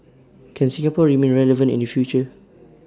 can Singapore remain relevant in the future